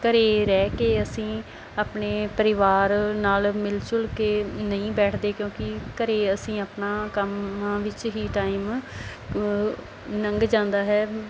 ਘਰ ਰਹਿ ਕੇ ਅਸੀਂ ਆਪਣੇ ਪਰਿਵਾਰ ਨਾਲ ਮਿਲ ਜੁਲ ਕੇ ਨਹੀਂ ਬੈਠਦੇ ਕਿਉਂਕਿ ਘਰ ਅਸੀਂ ਆਪਣਾ ਕੰਮ ਵਿੱਚ ਹੀ ਟਾਈਮ ਲੰਘ ਜਾਂਦਾ ਹੈ